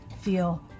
feel